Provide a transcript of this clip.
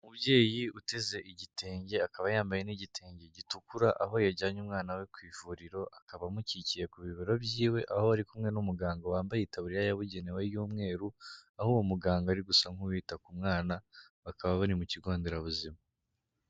Umubyeyi uteze igitenge akaba yambaye n'igitenge gitukura, aho yajyanye umwana we ku ivuriro, akaba amukikiye ku bibero byiwe, aho ari kumwe n'umuganga wambaye itaburiya yabugenewe y'umweru, aho uwo muganga ari gusa nk'uwita ku mwana, bakaba bari mu kigo nderabuzima.